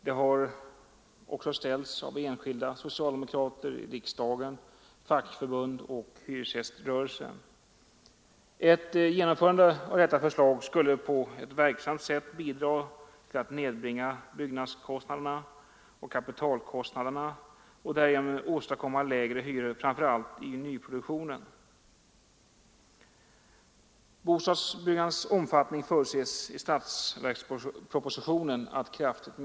Det har också ställts av enskilda socialdemokrater i riksdagen, fackförbund och hyresgäströrelsen. Ett genomförande av detta förslag skulle på ett verksamt sätt bidra till att nedbringa byggnadskostnaderna och kapitalkostnaderna och därigenom åstadkomma lägre hyror framför allt i nyproduktionen. Bostadsbyggandets omfattning förutses i statsverkspropositionen att minska kraftigt.